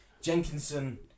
Jenkinson